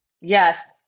Yes